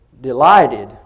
delighted